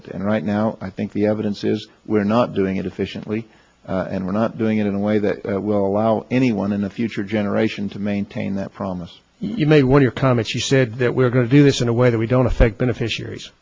it and right now i think the evidence is we're not doing it efficiently and we're not doing it in a way that will allow anyone in the future generation to maintain that promise you made when your comic she said that we're going to do this in a way that we don't affect beneficiaries